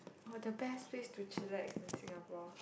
!wah! the best place to chillax in Singapore